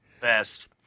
Best